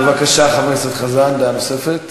בבקשה, חבר הכנסת חזן, דעה נוספת.